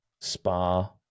Spa